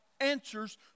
answers